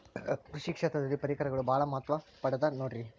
ಕೃಷಿ ಕ್ಷೇತ್ರದಲ್ಲಿ ಪರಿಕರಗಳು ಬಹಳ ಮಹತ್ವ ಪಡೆದ ನೋಡ್ರಿ?